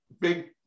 big